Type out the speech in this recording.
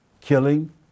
killing